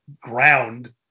ground